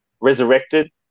resurrected